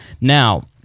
Now